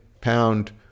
pound